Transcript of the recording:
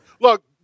Look